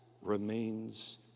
remains